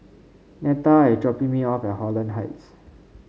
Netta is dropping me off at Holland Heights